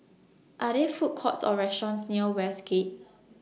Are There Food Courts Or restaurants near Westgate